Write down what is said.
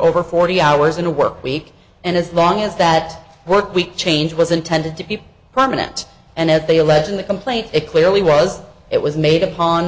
over forty hours in a work week and as long as that work week change was intended to be prominent and as they allege in the complaint it clearly was it was made upon